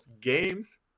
games